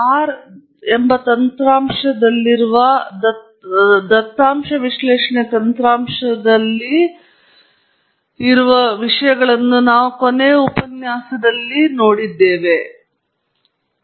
R ನಲ್ಲಿನ ದತ್ತಾಂಶ ವಿಶ್ಲೇಷಣೆಯ ಕೊನೆಯ ಉಪನ್ಯಾಸದಲ್ಲಿ ನಾವು ಮಾಡಿದಂತೆಯೇ ಉದಾಹರಣೆಗಳು